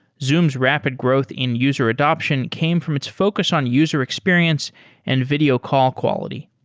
zoom's rapid growth in user adaption came from its focus on user experience and video call quality.